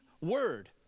word